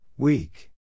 Weak